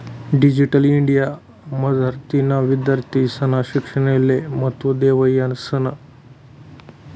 digital India मझारतीन विद्यार्थीस्ना शिक्षणले महत्त्व देवायनं